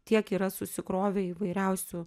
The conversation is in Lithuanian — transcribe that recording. tiek yra susikrovę įvairiausių